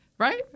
Right